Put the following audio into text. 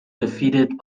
defeated